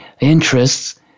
interests